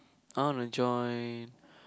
I want to join